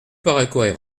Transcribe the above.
paraîtrait